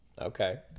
Okay